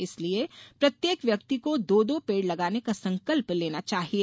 इसलिये प्रत्येक व्यक्ति को दो दो पेड़ लगाने का संकल्प लेना चाहिये